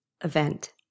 event